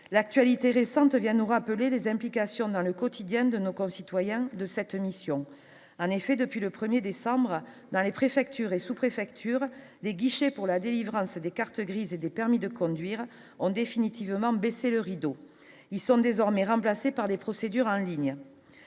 l'actualité récente vient nous rappeler les implications dans le quotidien de nos concitoyens de cette mission, en effet, depuis le 1er décembre dans les préfectures et sous-préfectures les guichets pour la délivrance des cartes grises et des permis de conduire ont définitivement baissé le rideau, ils sont désormais remplacés par des procédures indignes,